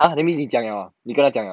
!huh! that means 你讲 liao ah 你跟他讲 liao ah